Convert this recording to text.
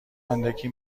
اندکی